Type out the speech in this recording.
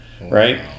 Right